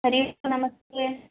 हरिः ओम् नमस्ते